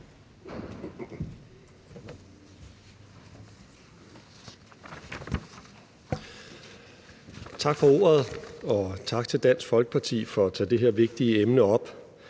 Tak for ordet, og tak til Dansk Folkeparti for at tage det her vigtige emne op.